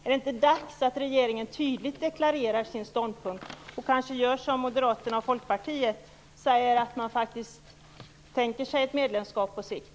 Är det inte dags att regeringen tydligt deklarerar sin ståndpunkt och kanske gör som Moderaterna och Folkpartiet, dvs. säger att man tänker sig ett medlemskap på sikt?